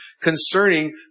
concerning